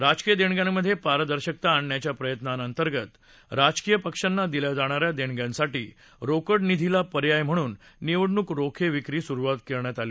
राजकीय देणग्यांमध्ये पारदर्शकता आणण्याच्या प्रयत्नांअंतर्गत राजकीय पक्षांना दिल्या जाणाऱ्या देणग्यांसाठी रोकड निधीलां पर्याय म्हणून निवडणूक रोखे विक्री सुरु करण्यात आली